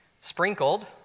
sprinkled